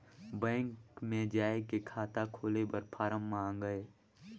Bank मे जाय के खाता खोले बर फारम मंगाय?